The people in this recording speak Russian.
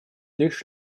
лишь